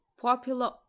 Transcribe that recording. popular